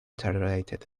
tolerated